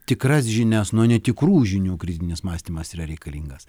tikras žinias nuo netikrų žinių kritinis mąstymas yra reikalingas